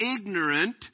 ignorant